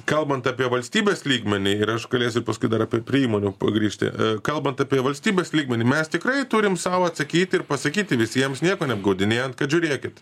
kalbant apie valstybės lygmenį ir aš galėsiu paskui dar apie prie įmonių pagrįžti kalbant apie valstybės lygmenį mes tikrai turim sau atsakyti ir pasakyti visiems nieko neapgaudinėjant kad žiūrėkit